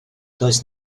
does